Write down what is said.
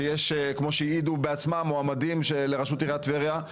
כמו שהעידו בעצמם מועמדים לראשות עיריית טבריה,